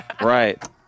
Right